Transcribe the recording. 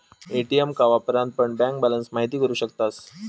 ATM का वापरान पण बँक बॅलंस महिती करू शकतास